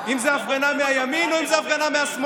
אם זו הפגנה מהימין או אם זו הפגנה מהשמאל.